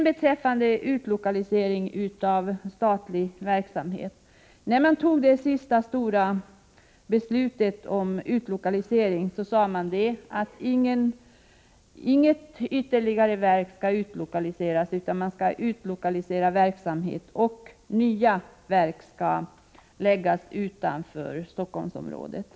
Beträffande utlokalisering av statlig verksamhet vill jag peka på att man när man fattade det sista stora beslutet om utlokalisering sade att inget ytterligare verk skall utlokaliseras, endast statlig verksamhet i övrigt. Nya verk skulle förläggas utanför Stockholmsområdet.